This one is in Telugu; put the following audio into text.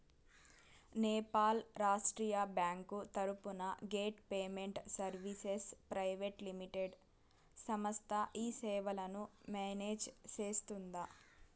నేపాల్ రాష్ట్రీయ బ్యాంకు తరపున gate payment services private limited సంస్థ ఈ సేవలను మేనేజ్ సేస్తుందా?